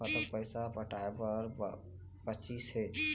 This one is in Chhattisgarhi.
कतक पैसा पटाए बर बचीस हे?